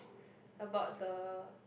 about the